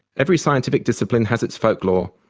every scientific discipline has its folk lore,